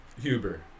Huber